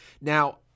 Now